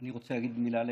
אני רוצה להגיד מילה לגבי,